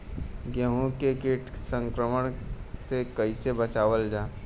गेहूँ के कीट संक्रमण से कइसे बचावल जा?